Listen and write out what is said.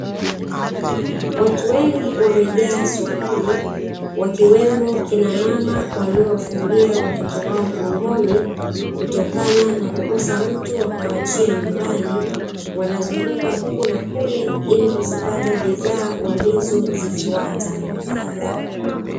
Watu wengi wamejaaa sokoni ,wakiwemo kina mama waliowafungia watoto wao mgongoni, kutokana na kukosa mtu wa kumuachia nyumbani, wanazunguka huku na kule ili kuzipata bidhaaa walizo zifuata.